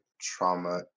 trauma